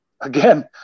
Again